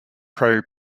pro